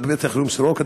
בבית-החולים סורוקה,